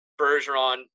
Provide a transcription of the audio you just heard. Bergeron